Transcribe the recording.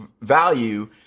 value